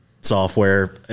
software